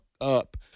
up